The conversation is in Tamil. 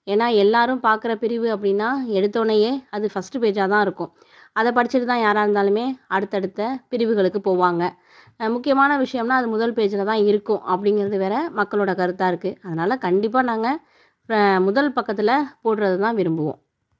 ஏன்னால் எல்லாேரும் பார்க்குற பிரிவு அப்படினா எடுத்தோவுனயே அது ஃபர்ஸ்ட் பேஜாக தான் இருக்கும் அதை படிச்சுட்டு தான் யாராக இருந்தாலுமே அடுத்தடுத்த பிரிவுகளுக்கு போவாங்க முக்கியமான விஷயம்னால் அது முதல் பேஜில் தான் இருக்கும் அப்படிங்குறது வேறு மக்களோட கருத்தாயிருக்கு அதனால கண்டிப்பாக நாங்கள் முதல் பக்கத்தில் போடுவது தான் விரும்புவோம்